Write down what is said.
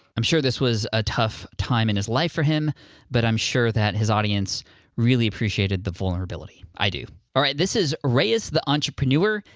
i'm sure this was a tough time in his life for him but i'm sure that his audience really appreciated the vulnerability. i do. all right, this is reyes the entrepreneur.